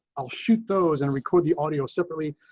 i'll shoot those and record the audio separately,